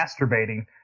masturbating